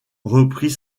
reprit